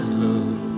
love